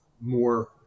more